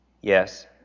yes